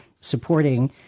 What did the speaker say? supporting